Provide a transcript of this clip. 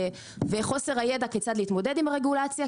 וחוסר הידע כיצד להתמודד עם הרגולציה,